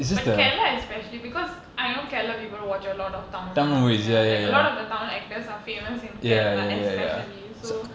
but Kerala especially because I know Kerala people watch a lot of tamil movies ya like a lot of the tamil actors are famous in Kerala especially so